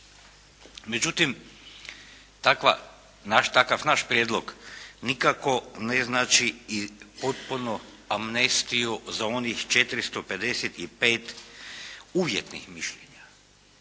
Međutim, takav naš prijedlog nikako ne znači i potpunu amnestiju za onih 455 uvjetnih mišljenja,